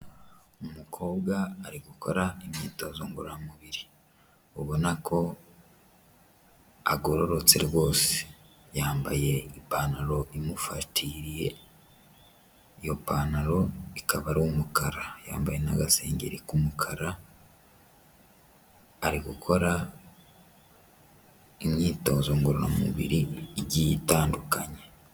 Umukobwa ari gukora imyitozo ngororamubiri ubona ko agororotse rwose yambaye ipantaro imufatiriye iyo pantaro ikaba ari umukara yambaye n'agasengengeri k'umukara ari gukora imyitozo ngororamubiri igitandukanye.